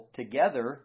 together